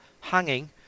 hanging